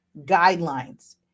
guidelines